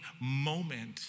moment